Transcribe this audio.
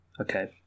Okay